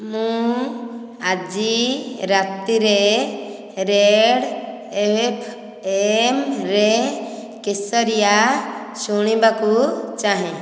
ମୁଁ ଆଜି ରାତିରେ ରେଡ଼୍ ଏମ୍ରେ କେଶରିଆ ଶୁଣିବାକୁ ଚାହେଁ